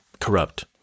corrupt